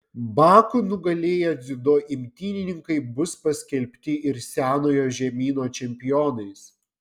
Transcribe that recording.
baku nugalėję dziudo imtynininkai bus paskelbti ir senojo žemyno čempionais